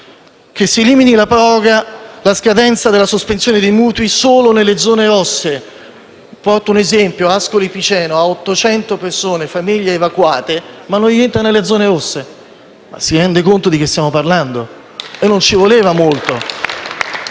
che si elimini la proroga della scadenza della sospensione dei mutui solo nelle zone rosse perché, ad esempio, Ascoli Piceno ha 800 persone e famiglie evacuate, ma non rientra nelle zone rosse. Si rende conto di cosa stiamo parlando? Non ci voleva molto.